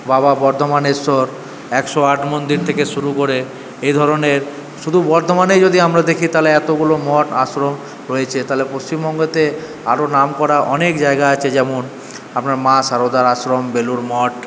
বাবা বর্ধমানেরশ্বর একশো আট মন্দির থেকে শুরু করে এধরনের শুধু বর্ধমানেই যদি আমরা দেখি তাহলে এতগুলো মঠ আশ্রম রয়েছে তাহলে পশ্চিমবঙ্গতে আরও নাম করা অনেক জায়গা আছে যেমন আপনার মা সারদার আশ্রম বেলুরমঠ